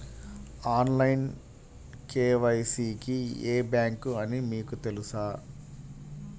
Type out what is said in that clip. Online KYC కి ఏ bank అని మీకు తెలుసా?